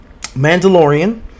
Mandalorian